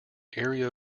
area